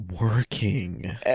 working